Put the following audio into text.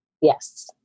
yes